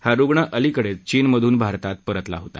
हा रुग्ण अलिकडेच चीनमधून भारतात परतला होता